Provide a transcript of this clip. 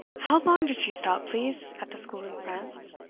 how long did she stop, please, at the school in france?